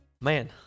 Man